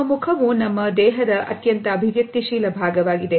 ನಮ್ಮ ಮುಖವು ನಮ್ಮ ದೇಹದ ಅತ್ಯಂತ ಅಭಿವ್ಯಕ್ತಿ ಶೀಲ ಭಾಗವಾಗಿದೆ